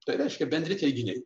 tai reiškia bendri teiginiai